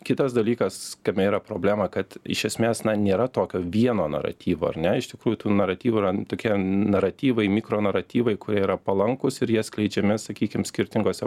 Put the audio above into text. kitas dalykas kame yra problema kad iš esmės na nėra tokio vieno naratyvo ar ne iš tikrųjų tų naratyvų yra tokie naratyvai mikronaratyvai kurie yra palankūs ir jie skleidžiami sakykim skirtingose